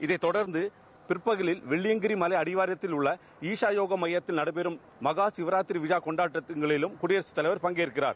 இதைத் கொடர்ந்து பிற்பகவில் வெள்ளியங்கிரி மலை அடிவாரத்தில் உள்ள ஈசா யோகா மையத்தில் நடைபெறும் மகாசிவார்ரி விழா கொண்டாட்டத்திலும் குடியாகத் தலைவர் பங்கேற்கிறார்